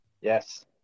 Yes